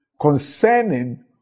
concerning